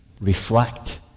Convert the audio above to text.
Reflect